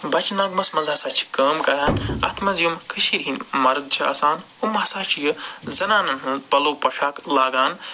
بچہٕ نغمَس منٛز ہَسا چھِ کٲم کَران اَتھ منٛز یِم کٔشیٖرِ ہِنٛدۍ مرٕد چھِ آسان یِم ہَسا چھِ یہِ زَنانن ہُنٛد پَلو پۄشاک لاگان